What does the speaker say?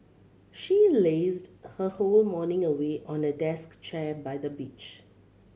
she lazed her whole morning away on a desk chair by the beach